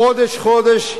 חודש-חודש,